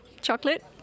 chocolate